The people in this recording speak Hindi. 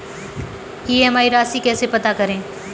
ई.एम.आई राशि कैसे पता करें?